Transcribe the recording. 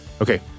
Okay